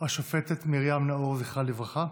השופטת מרים נאור, זכרה לברכה.